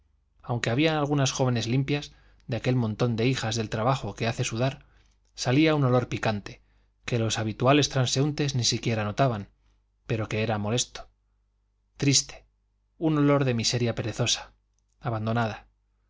aunque había algunas jóvenes limpias de aquel montón de hijas del trabajo que hace sudar salía un olor picante que los habituales transeúntes ni siquiera notaban pero que era moleslo triste un olor de miseria perezosa abandonada